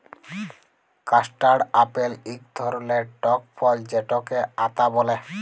custard apple ইক ধরলের টক ফল যেটকে আতা ব্যলে